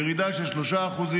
ירידה של 3%;